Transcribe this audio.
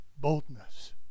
boldness